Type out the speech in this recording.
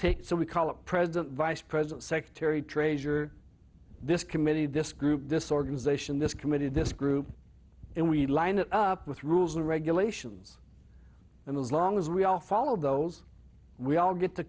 take so we call a president vice president secretary treasurer this committee this group disorganization this committee this group and we line it up with rules and regulations and as long as we all follow those we all get to